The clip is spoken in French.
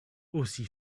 aussi